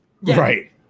right